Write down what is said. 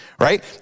Right